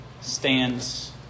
stands